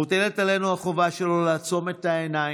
מוטלת עלינו החובה שלא לעצום את העיניים,